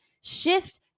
shift